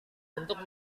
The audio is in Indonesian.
untuk